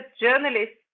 journalists